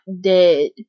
dead